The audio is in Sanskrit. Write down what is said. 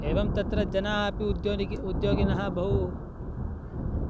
एवं तत्र जनाः अपि उद्योगिनः उद्योगिनः बहु